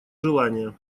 желание